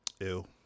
Ew